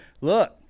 Look